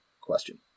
question